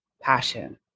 passion